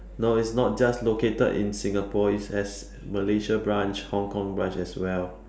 no it's not just located in Singapore it has Malaysia branch Hong-Kong branch as well